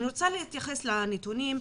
אני רוצה להתייחס לנתונים.